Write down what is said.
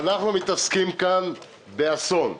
אנחנו מתעסקים כאן באסון,